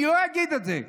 אני לא אגיד את זה,